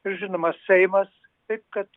ir žinoma seimas taip kad